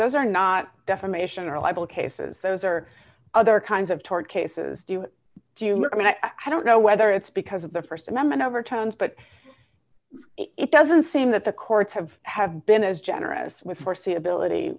those are not defamation or libel cases those are other kinds of toward cases jr i mean i don't know whether it's because of the st amendment overtones but it doesn't seem that the courts have have been as generous with foreseeability